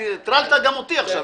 הטרלת גם אותי עכשיו.